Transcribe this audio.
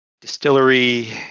distillery